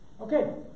Okay